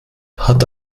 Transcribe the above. hat